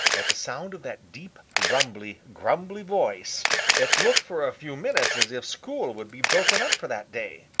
at the sound of that deep, rumbly, grumbly voice it looked for a few minutes as if school would be broken up for that day.